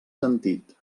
sentit